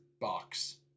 box